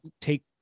take